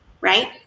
right